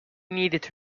needed